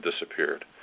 disappeared